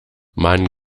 man